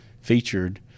featured